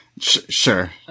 Sure